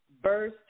verse